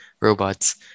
robots